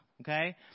Okay